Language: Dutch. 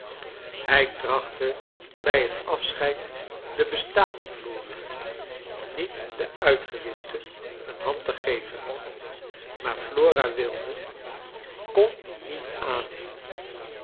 hij trachtte brj het afsoheid de bestaande flora niet de uitgewischte een hand te geven maar flora wilde kon die niet aannemen